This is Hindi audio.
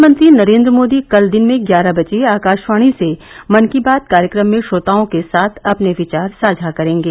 प्रधानमंत्री नरेन्द्र मोदी कल दिन में ग्यारह बजे आकाशवाणी से मन की बात कार्यक्रम में श्रोताओं के साथ अपने विचार साझा करेंगे